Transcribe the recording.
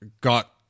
got